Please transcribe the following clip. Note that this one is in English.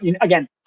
again